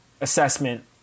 assessment